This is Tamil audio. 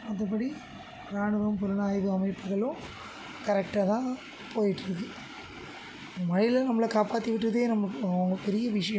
மற்றபடி ராணுவம் புலனாய்வு அமைப்புகளும் கரெக்டாகதான் போயிட்டுருக்கு மழையில் நம்மளை காப்பாற்றி விட்டதே நமக்கு அவங்க பெரிய விஷயம்